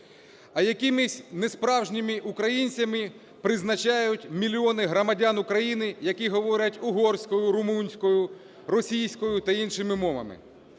А якимись не справжніми українцями призначають мільйони громадян України, які говорять угорською, румунською, російською та іншими мовами.